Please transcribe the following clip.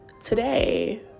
today